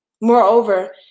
Moreover